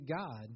God